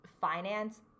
finance